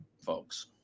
folks